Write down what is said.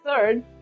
third